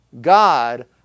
God